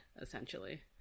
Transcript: essentially